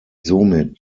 somit